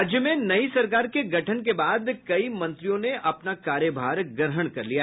राज्य में नई सरकार के गठन के बाद कई मंत्रियों ने अपना कार्यभार ग्रहण कर लिया